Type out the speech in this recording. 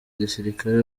gisirikare